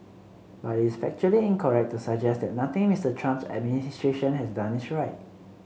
but it is factually incorrect to suggest that nothing Mister Trump's administration has done is right